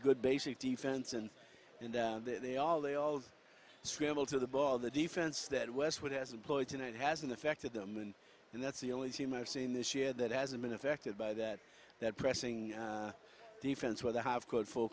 good basic defense and they all they all scramble to the ball the defense that westwood has employed and it hasn't affected them in and that's the only team i've seen this year that hasn't been affected by that that pressing defense where they have called for